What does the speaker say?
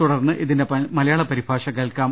തുടർന്ന് ഇതിന്റെ മലയാള പരിഭാഷ കേൾക്കാം